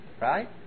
Right